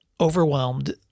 overwhelmed